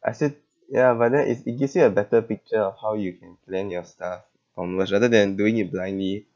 I said ya but then it it gives you a better picture of how you can plan your stuff from just rather than doing it blindly